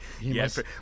Yes